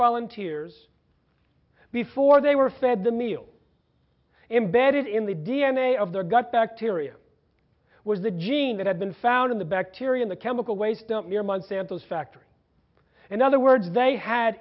volunteers before they were fed the meal embedded in the d n a of their gut bacteria was the gene that had been found in the bacteria in the chemical waste dump near month samples factory and other words they had